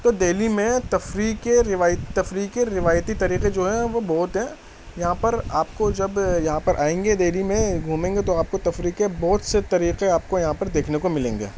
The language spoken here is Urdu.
تو دہلی میں تفریح کے تفریح کے روایتی طریقے جو ہیں وہ بہت ہیں یہاں پر آپ کو جب یہاں پر آئیں گے دہلی میں گھومیں گے تو آپ کو تفریح کے بہت سے طریقے آپ کو یہاں پر دیکھنے کو ملیں گے